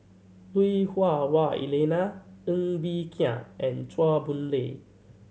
Lui Hah Wah Elena Ng Bee Kia and Chua Boon Lay